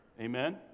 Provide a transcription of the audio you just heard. amen